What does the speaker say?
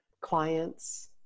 clients